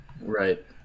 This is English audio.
Right